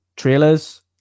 trailers